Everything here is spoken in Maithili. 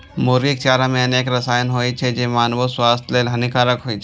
मुर्गीक चारा मे अनेक रसायन होइ छै, जे मानवो स्वास्थ्य लेल हानिकारक होइ छै